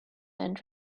and